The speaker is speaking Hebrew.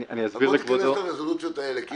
תיכנס לרזולוציות האלה.